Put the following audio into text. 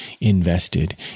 invested